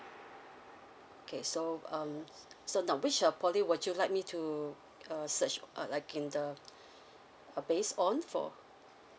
okay so um so now which uh poly would you like me to uh search like in the uh based on for